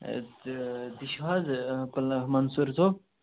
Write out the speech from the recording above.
ہَے تہٕ تُہۍ چھُو حظ کُلنہٕ مَنصوٗر صٲب